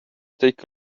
take